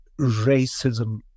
racism